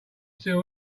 still